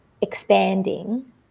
expanding